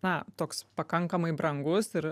na toks pakankamai brangus ir